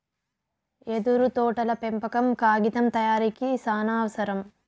యెదురు తోటల పెంపకం కాగితం తయారీకి సానావసరం